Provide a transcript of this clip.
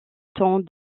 temps